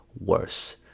worse